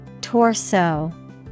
Torso